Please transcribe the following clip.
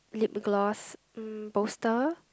lip gloss mm poster